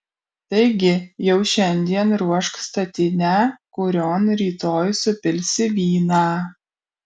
taigi jau šiandien ruošk statinę kurion rytoj supilsi vyną